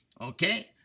Okay